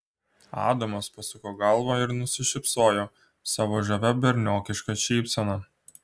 adamas pasuko galvą ir nusišypsojo savo žavia berniokiška šypsena